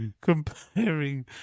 comparing